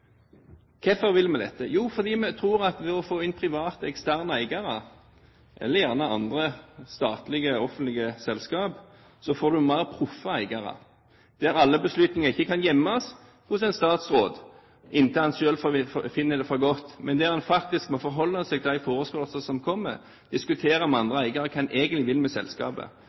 Hvorfor vil vi dette? Jo, vi tror at ved å få inn private, eksterne, eiere – eller gjerne andre statlige, offentlige, selskaper – vil en få mer proffe eiere, slik at alle beslutninger ikke kan gjemmes hos en statsråd så lenge han selv finner det for godt, men at han faktisk må forholde seg til en forespørsel som kommer, og diskutere med andre eiere hva han egentlig vil med selskapet.